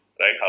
right